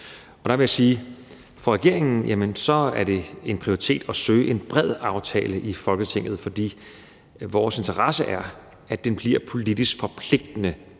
Der vil jeg sige, at det for regeringen er en prioritet at søge en bred aftale i Folketinget, for vores interesse er, at den bliver politisk forpligtende,